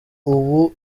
ubu